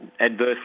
adversely